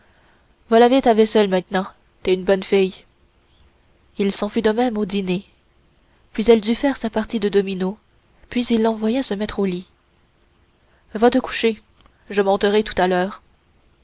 va laver ta vaisselle maintenant t'es une bonne fille il en fut de même au dîner puis elle dut faire sa partie de dominos puis il l'envoya se mettre au lit va te coucher je monterai tout à l'heure